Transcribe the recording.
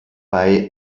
bei